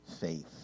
faith